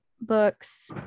books